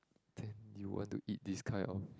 can you want to eat this kind of